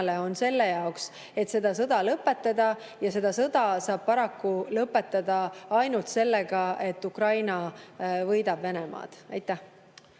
on selle jaoks, et see sõda lõpetada. Ja see sõda saab lõppeda ainult sellega, et Ukraina võidab Venemaad. Aitäh!